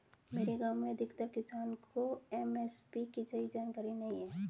मेरे गांव में अधिकतर किसान को एम.एस.पी की सही जानकारी नहीं है